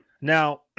now